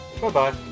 Bye-bye